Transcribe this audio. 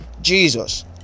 jesus